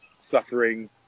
suffering